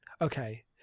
Okay